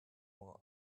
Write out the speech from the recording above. while